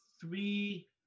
three